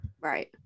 right